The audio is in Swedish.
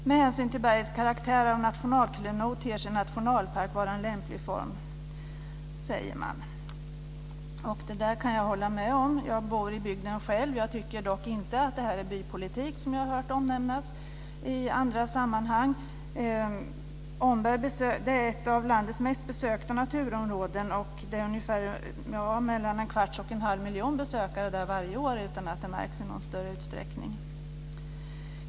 Med hänsyn till bergets karaktär av nationalklenod ter sig nationalpark vara en lämplig form -." Det säger Länsstyrelsen i Östergötland, och jag kan hålla med om det. Jag bor själv i bygden, men jag tycker inte att det är bypolitik, som jag har hört nämnas i andra sammanhang. Omberg är ett av landets mest besökta naturområden, och det är mellan en kvarts och en halv miljon besökare där varje år utan att det märks i någon större utsträckning.